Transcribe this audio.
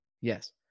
Yes